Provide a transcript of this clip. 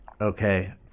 Okay